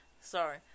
sorry